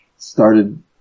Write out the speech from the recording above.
started